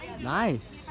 Nice